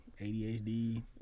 ADHD